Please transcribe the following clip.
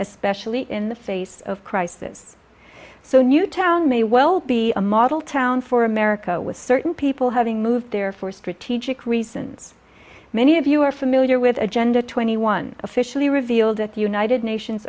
especially in the face of crisis so a new town may well be a model town for america with certain people having moved there for strategic reasons many of you are familiar with agenda twenty one officially revealed at the united nations